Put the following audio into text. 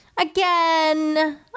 Again